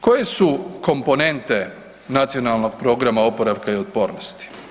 Koje su komponente Nacionalnog programa oporavka i otpornosti?